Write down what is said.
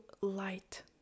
light